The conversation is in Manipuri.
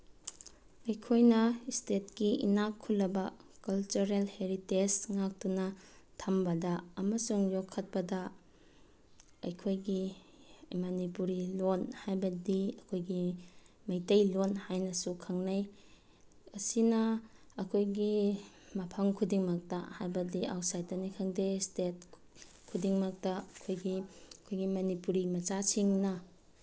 ꯑꯩꯈꯣꯏꯅ ꯏꯁꯇꯦꯠꯀꯤ ꯏꯅꯥꯛ ꯈꯨꯜꯂꯕ ꯀꯜꯆꯔꯦꯜ ꯍꯦꯔꯤꯇꯦꯖ ꯉꯥꯛꯇꯨꯅ ꯊꯝꯕꯗ ꯑꯃꯁꯨꯡ ꯌꯣꯛꯈꯠꯄꯗ ꯑꯩꯈꯣꯏꯒꯤ ꯃꯅꯤꯄꯨꯔꯤ ꯂꯣꯟ ꯍꯥꯏꯕꯗꯤ ꯑꯩꯈꯣꯏꯒꯤ ꯃꯩꯇꯩꯂꯣꯟ ꯍꯥꯏꯅꯁꯨ ꯈꯪꯅꯩ ꯑꯁꯤꯅ ꯑꯩꯈꯣꯏꯒꯤ ꯃꯐꯝ ꯈꯨꯗꯤꯡꯃꯛꯇ ꯍꯥꯏꯕꯗꯤ ꯑꯥꯎꯠꯁꯥꯏꯠꯇꯅꯤ ꯈꯪꯗꯦ ꯏꯁꯇꯦꯠ ꯈꯨꯗꯤꯡꯃꯛꯇ ꯑꯩꯈꯣꯏꯒꯤ ꯑꯩꯈꯣꯏꯒꯤ ꯃꯅꯤꯄꯨꯔꯤ ꯃꯆꯥꯁꯤꯡꯅ